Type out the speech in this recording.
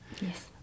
Yes